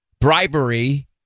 bribery